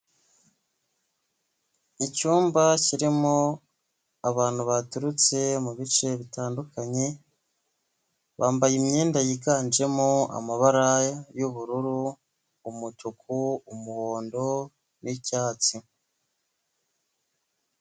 Icyumba kirimo abantu baturutse mubi bice bitandukanye, bambaye imyenda yiganjemo amabara y'ubururu, umutuku, umuhondo n'icyatsi.